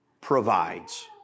provides